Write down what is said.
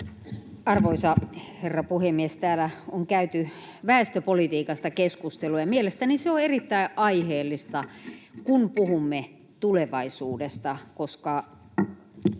Arvoisa herra puhemies! Täällä on käyty väestöpolitiikasta keskustelua, ja mielestäni se on erittäin aiheellista, kun puhumme tulevaisuudesta, koska